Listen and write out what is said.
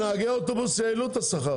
לנהגי האוטובוס העלו את השכר,